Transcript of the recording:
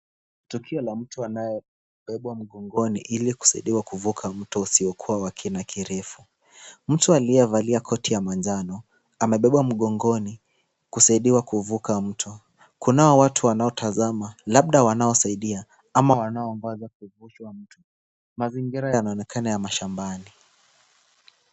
Tukio la mtu anayebebwa mgongoni ili kusaidiwa kuvuka mto usiokua wa kina kirefu ,mtu aliyevalia koti ya manjano amebebwa mgongoni kusaidiwa kuvuka mto , Kunao watu wanaotazama labda wanaosaidia ama wanaoongozwa kuvuka mto, mazingira yanaonekana ya mashambani .